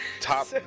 top